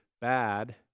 bad